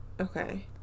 Okay